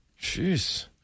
Jeez